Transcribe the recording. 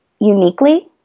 uniquely